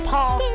Paul